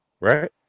right